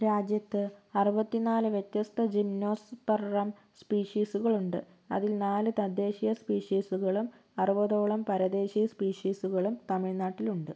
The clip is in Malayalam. രാജ്യത്ത് അറുപത്തിന്നാല് വ്യത്യസ്ത ജിംനോസ്പെർം സ്പീഷീസുകളുണ്ട് അതിൽ നാല് തദ്ദേശീയ സ്പീഷീസുകളും അറുവാതോളം പരദേശി സ്പീഷീസുകളും തമിഴ്നാട്ടിലുണ്ട്